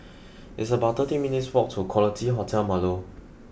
it's about thirteen minutes' walk to Quality Hotel Marlow